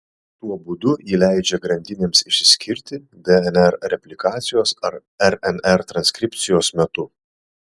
tuo būdu ji leidžia grandinėms išsiskirti dnr replikacijos ar rnr transkripcijos metu